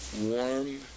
warm